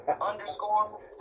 underscore